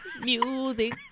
music